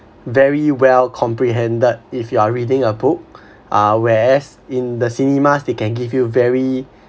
very well comprehended if you are reading a book uh whereas in the cinemas they can give you very